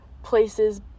places